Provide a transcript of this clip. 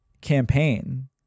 campaign